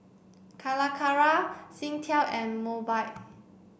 Calacara Singtel and Mobike